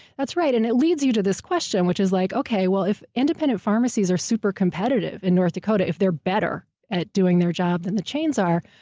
that's right, and it leads you to this question. which is like okay, if independent pharmacies are super-competitive in north dakota, if they're better at doing their job than the chains are,